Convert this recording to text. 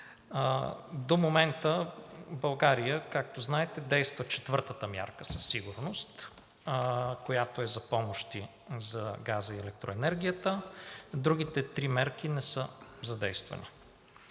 До момента в България, както знаете, действа четвъртата мярка със сигурност, която е за помощи за газа и електроенергията. Другите три мерки не са задействани,